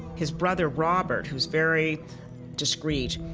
his brother, robert, who's very discreet,